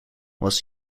was